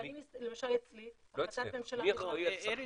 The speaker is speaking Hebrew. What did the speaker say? למשל אצלי --- לא אצלך, מי אחראי על סכנין?